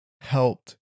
helped